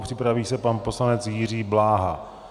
Připraví se pan poslanec Jiří Bláha.